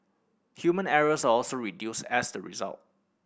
human errors are also reduced as the result